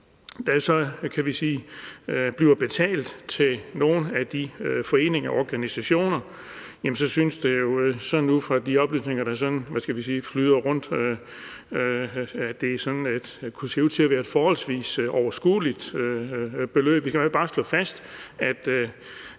der så bliver betalt til nogle af de foreninger og organisationer, kunne det se ud til at være sådan forholdsvis overskuelige beløb